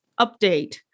update